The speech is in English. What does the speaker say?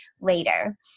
later